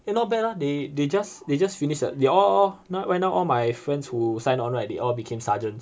eh not bad lah they they just they just finish the they all all right now all my friends who sign on right they all became sergeants